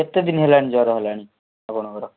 କେତେ ଦିନ ହେଲାଣି ଜର ହେଲାଣି ଆପଣଙ୍କର